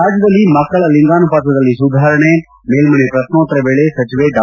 ರಾಜ್ಯದಲ್ಲಿ ಮಕ್ಕಳ ಲಿಂಗಾನುಪಾತದಲ್ಲಿ ಸುಧಾರಣೆ ಮೇಲ್ಮನೆ ಪ್ರಕ್ನೋತ್ತರ ವೇಳೆ ಸಚಿವೆ ಡಾ